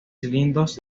cilindros